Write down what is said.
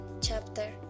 chapter